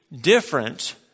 different